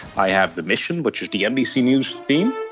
i have the mission, which is the nbc news theme